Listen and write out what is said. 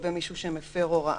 לגבי מישהו שמפר הוראה.